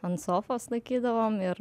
ant sofos laikydavom ir